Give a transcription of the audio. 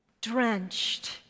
drenched